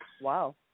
Wow